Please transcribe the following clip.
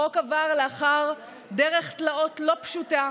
החוק עבר לאחר דרך תלאות לא פשוטה.